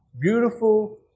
beautiful